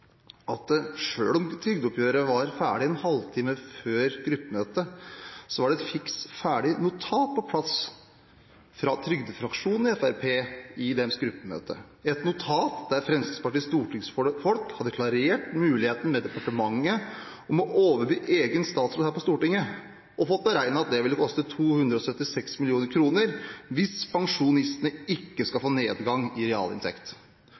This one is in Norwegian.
at selv om trygdeoppgjøret var ferdig en halvtime før gruppemøtet, var det et fiks ferdig notat på plass fra trygdefraksjonen i Fremskrittspartiet i gruppemøtet deres – et notat der Fremskrittspartiets stortingsfolk hadde klarert muligheten med departementet for å overby egen statsråd her på Stortinget, og fått beregnet at det ville koste 276 mill. kr hvis pensjonistene ikke skal få nedgang i realinntekt.